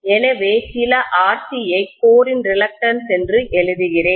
எனவே சில RC ஐ கோரின் ரிலக்டன்ஸ் என்று எழுதுகிறேன்